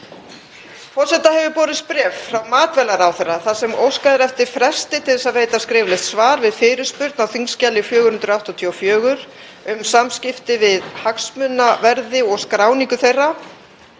Forseta hefur borist bréf frá matvælaráðherra þar sem óskað er eftir fresti til þess að veita skriflegt svar við fyrirspurn á þskj. 484, um samskipti við hagsmunaverði og skráningu þeirra,